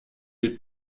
les